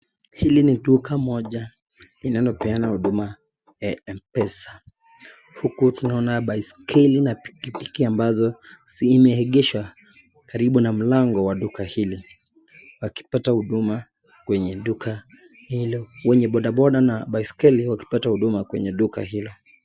Hili ni duka moja inalopeana huduma ya mpesa huku tunaona baiskeli na pikipiki ambazo zimeegeshwa karibu na mlango wa duka hili wakipata huduma kwenye duka hilo. Wenye boda boda na baiskeli wakipata huduma kwenye duka hilo.